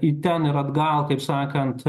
į ten ir atgal kaip sakant